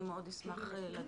אני מאוד אשמח לדעת.